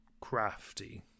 crafty